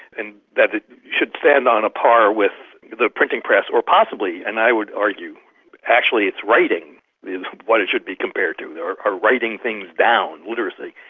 and that it should stand on a par with the printing press or possibly and i would argue actually it's writing is what it should be compared to ah writing things down, literacy.